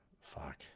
fuck